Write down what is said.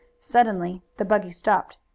suddenly the buggy stopped.